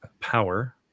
power